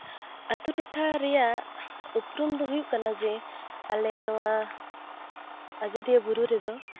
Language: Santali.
ᱟᱛᱳ ᱴᱚᱴᱷᱟ ᱨᱮᱭᱟᱜ ᱩᱯᱨᱩᱢ ᱫᱚ ᱦᱩᱭᱩᱜ ᱠᱟᱱᱟ ᱡᱮ ᱟᱞᱮ ᱱᱚᱣᱟ ᱟᱡᱳᱫᱤᱭᱟᱹ ᱵᱩᱨᱩ ᱨᱮᱫᱚ